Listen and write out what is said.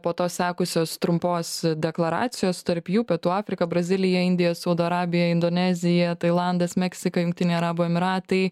po to sekusios trumpos deklaracijos tarp jų pietų afrika brazilija indija saudo arabija indonezija tailandas meksika jungtiniai arabų emiratai